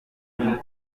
mille